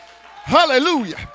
Hallelujah